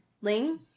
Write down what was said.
Ling